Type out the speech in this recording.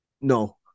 No